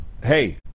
Hey